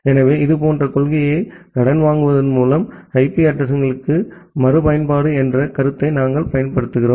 எனவே இதேபோன்ற கொள்கையை கடன் வாங்குவதன் மூலம் ஐபி அட்ரஸிங் களுக்கு மறுபயன்பாட்டு என்ற கருத்தை நாங்கள் பயன்படுத்துகிறோம்